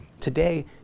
Today